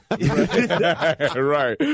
Right